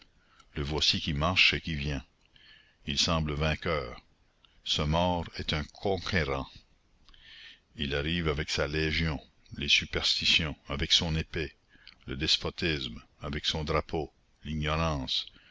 le voici qui marche et qui vient il semble vainqueur ce mort est un conquérant il arrive avec sa légion les superstitions avec son épée le despotisme avec son drapeau l'ignorance